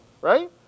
Right